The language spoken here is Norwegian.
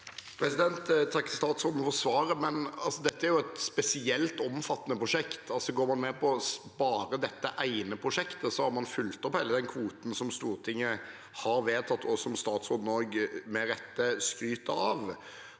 Jeg takker stats- råden for svaret. Dette er et spesielt omfattende prosjekt. Går man med på bare dette ene prosjektet, har man fylt opp hele den kvoten som Stortinget har vedtatt, og som statsråden med rette skryter av.